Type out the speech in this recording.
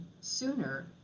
sooner